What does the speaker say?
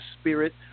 spirit